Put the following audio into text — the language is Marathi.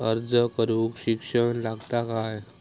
अर्ज करूक शिक्षण लागता काय?